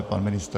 Pan ministr?